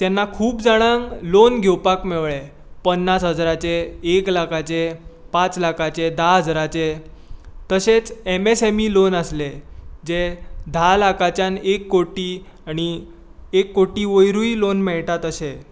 तेन्ना खूब जाणांक लाॅन घेवपाक मेळ्ळें पन्नास हजाराचें एक लाखाचें पांच लाखाचें धा हजाराचें तशेंच M S M E loan आसले जे धा लाखांच्यान एक कोटी आणी एक कोटी वयरूय लाॅन मेळटा तशें